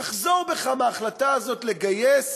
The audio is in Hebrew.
תחזור בך מההחלטה הזאת לגייס